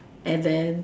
and then